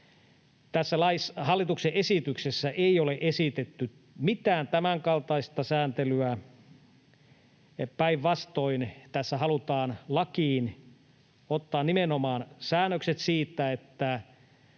Tässä hallituksen esityksessä ei ole esitetty mitään tämänkaltaista sääntelyä. Päinvastoin, tässä halutaan lakiin ottaa nimenomaan säännökset siitä, että